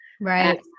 Right